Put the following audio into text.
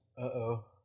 Uh-oh